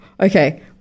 Okay